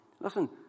Listen